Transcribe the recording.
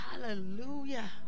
hallelujah